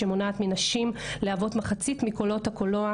השאלה היא איך משנים את תכניות הלימוד האלה,